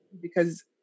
because-